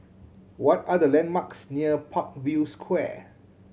what are the landmarks near Parkview Square